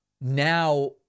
now